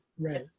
right